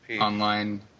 online